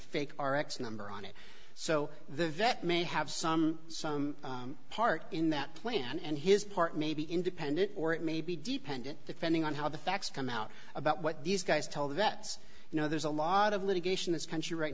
fake r x number on it so the vet may have some some part in that plan and his part may be independent or it may be dependent depending on how the facts come out about what these guys tell the vets you know there's a lot of litigation this country right